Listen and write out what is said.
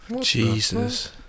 Jesus